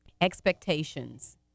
expectations